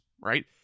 right